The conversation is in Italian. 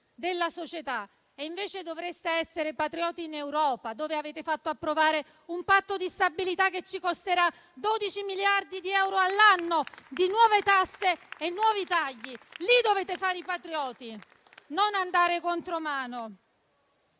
della società. Dovreste invece essere patrioti in Europa, dove avete fatto approvare un patto di stabilità che ci costerà 12 miliardi di euro all'anno di nuove tasse e nuovi tagli. Lì dovete fare i patrioti e non andare contromano.